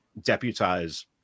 deputize